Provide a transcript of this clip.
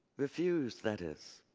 refuse, that is,